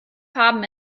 farben